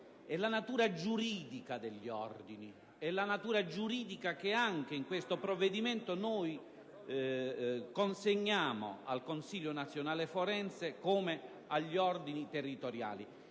è la natura giuridica degli ordini che anche in questo provvedimento noi consegniamo al Consiglio nazionale forense come agli ordini territoriali,